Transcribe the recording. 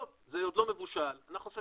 על איזה גיל אנחנו מדברים, גיל 3, גיל 5?